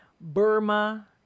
Burma